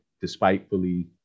despitefully